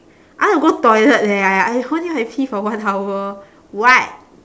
I want to go toilet leh I I holding my pee for one hour what